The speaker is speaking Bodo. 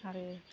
आरो